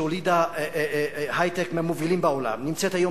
שהולידה היי-טק מהמובילים בעולם נמצאת היום